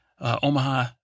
Omaha